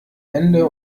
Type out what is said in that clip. ende